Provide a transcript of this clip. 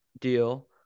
deal